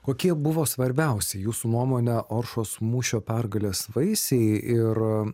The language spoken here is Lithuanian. kokie buvo svarbiausi jūsų nuomone oršos mūšio pergalės vaisiai ir